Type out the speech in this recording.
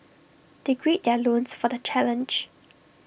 they gird their loins for the challenge